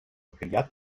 criat